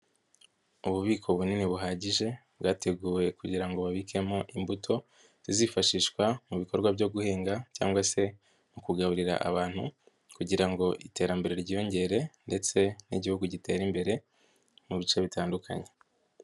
Ububiko bunini buhagije bwateguwe babikemo imbuto zizifashishwa mu bikorwa byo guhinga cyangwa se mu kugaburira abantu kugira ngo iterambere ryiyongere, ndetse n'Igihugu gitere imbere mu bice bitandukanye.